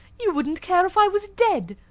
you wouldn't care if i was dead.